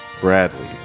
Bradley